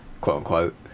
quote-unquote